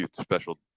special